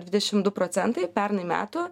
dvidešim du procentai pernai metų